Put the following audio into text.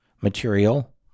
material